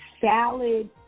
salad